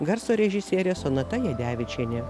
garso režisierė sonata jadevičienė